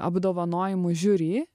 apdovanojimų žiuri